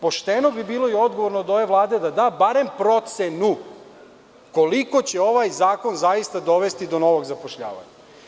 Pošteno bi bilo i odgovorno od ove vlade da da barem procenu koliko će ovaj zakon zaista dovesti do novog zapošljavanja.